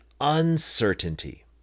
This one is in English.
uncertainty